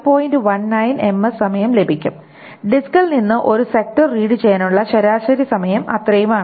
19 ms സമയം ലഭിക്കും ഡിസ്കിൽ നിന്ന് ഒരു സെക്ടർ റീഡ് ചെയ്യാനുള്ള ശരാശരി സമയം അത്രയുമാണ്